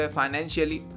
financially